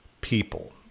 people